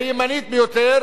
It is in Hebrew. הימנית ביותר,